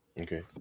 Okay